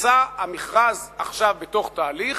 שהמכרז נמצא עכשיו בתהליך,